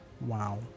Wow